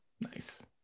Nice